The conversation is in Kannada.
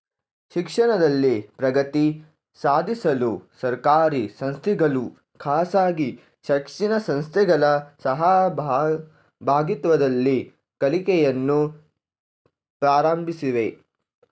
ಶಿಕ್ಷಣದಲ್ಲಿ ಪ್ರಗತಿ ಸಾಧಿಸಲು ಸರ್ಕಾರಿ ಸಂಸ್ಥೆಗಳು ಖಾಸಗಿ ಶಿಕ್ಷಣ ಸಂಸ್ಥೆಗಳ ಸಹಭಾಗಿತ್ವದಲ್ಲಿ ಕಲಿಕೆಯನ್ನು ಪ್ರಾರಂಭಿಸಿವೆ